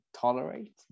tolerate